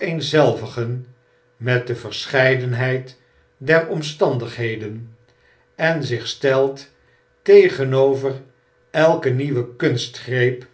te vereenzelvigen met de verscheidenheid der omstandigheden en zich stelt tegenover elken nieuwen kunstgreep